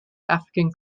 african